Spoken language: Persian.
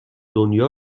دنیا